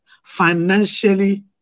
financially